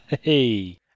Hey